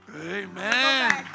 Amen